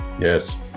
Yes